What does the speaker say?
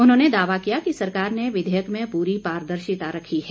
उन्होंने दावा किया कि सरकार ने विधेयक में पूरी पारदर्शिता रखी है